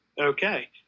okay